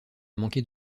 manquer